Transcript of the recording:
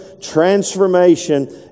transformation